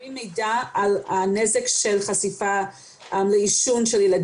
מעבירים מידע על הנזק של חשיפת ילדים לעישון.